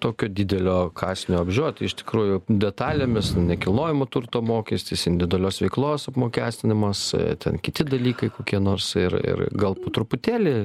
tokio didelio kąsnio apžioti iš tikrųjų detalėmis nekilnojamo turto mokestis individualios veiklos apmokestinimas ten kiti dalykai kokie nors ir ir gal truputėlį